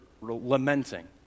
lamenting